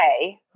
Okay